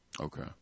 Okay